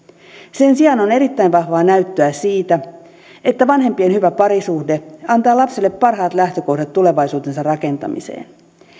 sen sijaan on erittäin vahvaa näyttöä siitä että vanhempien hyvä parisuhde antaa lapselle parhaat lähtökohdat tulevaisuutensa rakentamiseen